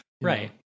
Right